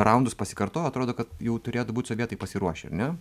raundus pasikartojo atrodo kad jau turėtų būt sovietai pasiruošę ar ne